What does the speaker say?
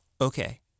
Okay